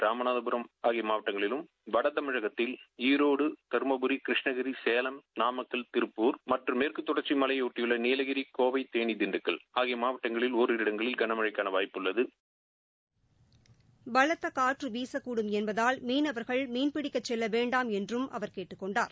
ராமநாதபுரம் ஆகிய மாவட்டங்களிலும் வடதமிழகத்தில் ஈரோடு தர்மடரி கிரவந்ளகிரி சேலம் நாமக்கல் திருப்பூர் மற்றம் மேற்கு தொடர்க்சி மலையை ஷட்டியுள்ள நீலகரி கோவை தேனி திண்டுக்கல் ஆகிய மாவட்டங்களில் ஒரிரு இடங்களில் கனமழைக்கான வாய்ப்பு உள்ளது பலத்த காற்று வீசக்கூடும் என்பதால் மீனவர்கள் மீன்பிடிக்கச் செல்ல வேண்டாம் என்றும் அவர் கேட்டுக் கொண்டார்